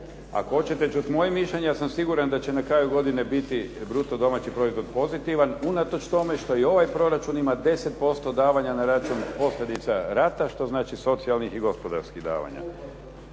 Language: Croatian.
Ako hoćete čuti moje mišljenje, ja sam siguran da će na kraju godine biti bruto domaći proizvod pozitivan, unatoč tome što i ovaj proračun ima 10% davanja na račun posljedica rata, što znači socijalnih i gospodarskih davanja.